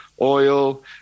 oil